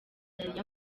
yariye